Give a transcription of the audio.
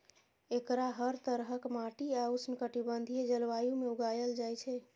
एकरा हर तरहक माटि आ उष्णकटिबंधीय जलवायु मे उगायल जाए छै